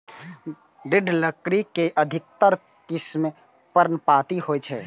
दृढ़ लकड़ी के अधिकतर किस्म पर्णपाती होइ छै